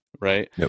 right